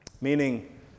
Meaning